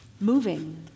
moving